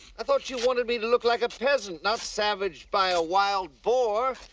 i thought you wanted me to look like a peasant, not savaged by a wild boar.